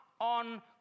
on